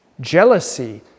jealousy